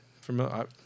familiar